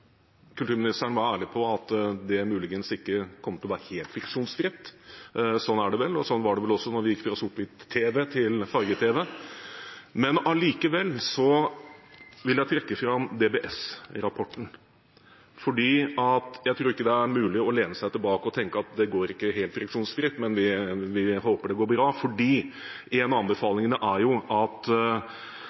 var kulturministeren ærlig på at det muligens ikke kommer til å være helt friksjonsfritt. Sånn er det vel, og sånn var det vel også da vi gikk fra sort-hvitt-tv til farge-tv. Jeg vil allikevel trekke fram DSB-rapporten, for jeg tror ikke det er mulig å lene seg tilbake og tenke: Det går ikke helt friksjonsfritt, men vi håper det går bra. Det er fordi en av anbefalingene er at